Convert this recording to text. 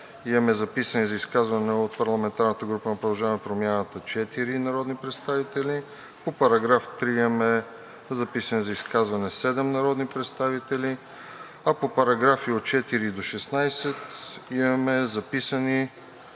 имаме записани за изказване от парламентарната група на „Продължаваме Промяната“ 4 народни представители, по § 3 имаме записани за изказване 7 народни представители, а по параграфи от 4 до 16 имаме записани,